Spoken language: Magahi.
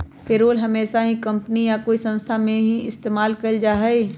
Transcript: पेरोल हमेशा ही कम्पनी या कोई संस्था में ही इस्तेमाल कइल जाहई